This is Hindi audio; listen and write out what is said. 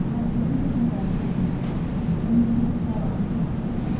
पह विभिन्न प्रकार की नदियाँ हैं जिनमें लोग तैराकी करते हैं